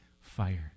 fire